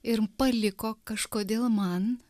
ir paliko kažkodėl man